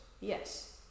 Yes